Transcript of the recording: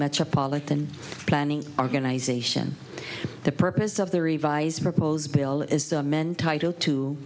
metropolitan planning organization the purpose of the revised proposed bill is men titled to